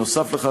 נוסף על כך,